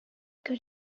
could